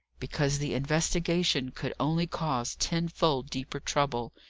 because the investigation could only cause tenfold deeper trouble.